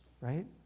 right